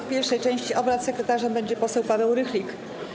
W pierwszej części obrad sekretarzem będzie poseł Paweł Rychlik.